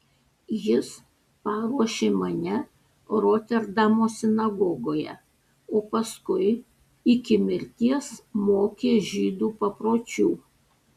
jis paruošė mane roterdamo sinagogoje o paskui iki mirties mokė žydų papročių